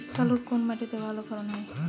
শাকালু কোন মাটিতে ভালো ফলন হয়?